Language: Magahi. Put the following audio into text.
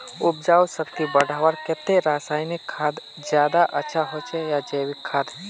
उपजाऊ शक्ति बढ़वार केते रासायनिक खाद ज्यादा अच्छा होचे या जैविक खाद?